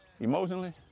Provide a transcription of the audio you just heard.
emotionally